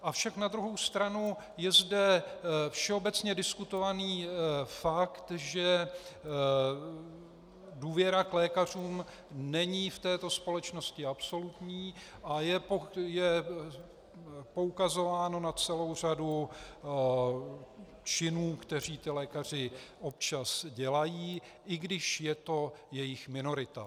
Avšak na druhou stranu je zde všeobecně diskutovaný fakt, že důvěra k lékařům není v této společnosti absolutní, a je poukazováno na celou řadu činů, které ti lékaři občas dělají, i když je to jejich minorita.